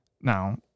now